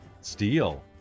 Steel